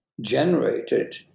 generated